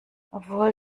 obwohl